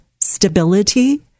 stability